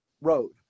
road